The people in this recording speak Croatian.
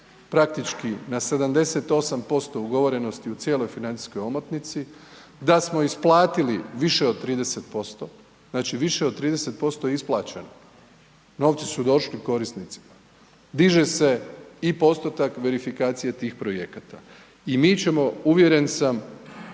praktički na 78% ugovorenosti u cijeloj financijskoj omotnici, da smo isplatili više od 30%, znači više od 30% je isplaćeno, novci su došli korisnicima. Diže i postotak verifikacije tih projekata i mi ćemo uvjeren sam,